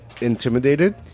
intimidated